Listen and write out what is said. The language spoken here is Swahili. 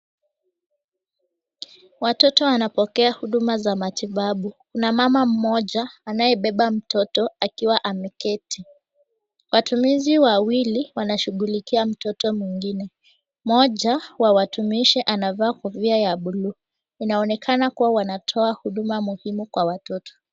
Watoto wanapokea huduma za matibabu na mama mmoja anayebeba mtoto akiwa ameketi wachuhuzi wawili wanashuhulikiwa mtoto wingine mmoja wa watumishi anavaa kofia buluu inaonekana kuwa wanatoa huduma muhimu kwa watoto.